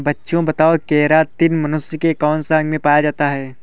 बच्चों बताओ केरातिन मनुष्य के कौन से अंग में पाया जाता है?